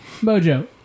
Mojo